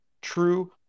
true